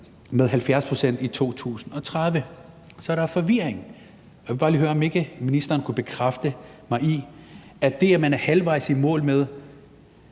med 70 pct. i 2030. Så der er forvirring. Jeg vil bare lige høre, om ikke ministeren kan bekræfte mig i, at det, at man er halvvejs i mål,